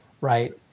right